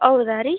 ಹೌದಾ ರೀ